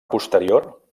posterior